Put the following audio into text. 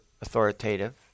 authoritative